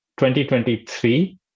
2023